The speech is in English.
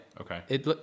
Okay